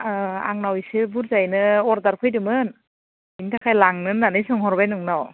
अ आंनाव इसे बुरजायैनो अरदार फैदोंमोन बेनि थाखाय लांनो होन्नानै सोंहरबाय नोंनाव